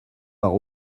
par